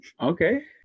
Okay